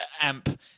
AMP